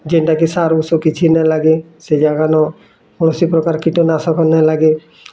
ଯେନ୍ତା କି ସାର ଔଷଧ କିଛି ନାଇଁ ଲାଗେ ସେ ଜାଗା ନ କୌଣସି ପ୍ରକାର କୀଟନାଶକ ନାଇଁ ଲାଗେ